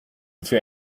für